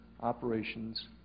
operations